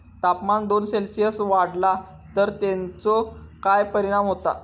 तापमान दोन सेल्सिअस वाढला तर तेचो काय परिणाम होता?